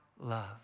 love